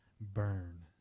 burn